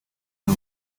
nka